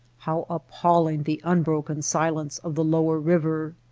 how appalling the unbroken silence of the lower river!